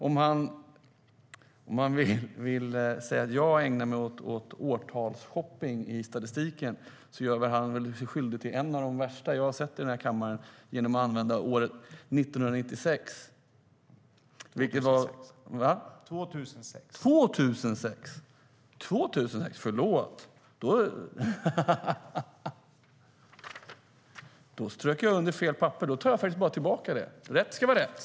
Om han vill säga att jag ägnar mig åt årtalshoppande i statistiken gör han sig skyldig till ett av de värsta jag sett i kammaren genom att använda året 1996.: Nej, år 2006. )År 2006? Förlåt, då tar jag tillbaka det. Rätt ska vara rätt.